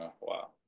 Wow